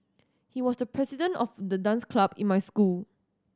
he was the president of the dance club in my school